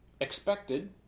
expected